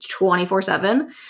24-7